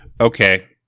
Okay